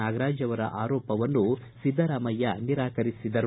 ನಾಗರಾಜ್ ಅವರ ಆರೋಪವನ್ನು ಸಿದ್ದರಾಮಯ್ತ ನಿರಾಕರಿಸಿದರು